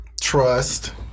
trust